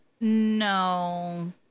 no